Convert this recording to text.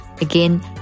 Again